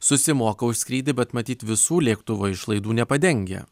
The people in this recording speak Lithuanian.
susimoka už skrydį bet matyt visų lėktuvo išlaidų nepadengia